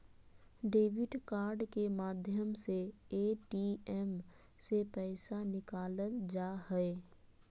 debit card के माध्यम से ए.टी.एम से पैसा निकालल जा हय